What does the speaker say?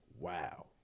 wow